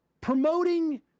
promoting